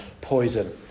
poison